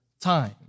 time